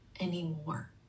anymore